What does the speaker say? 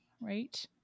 right